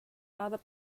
other